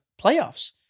playoffs